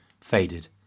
faded